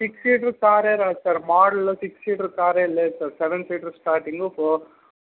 six seater కారే రాదు sir model six seater కారే లేదు sir seven seater starting four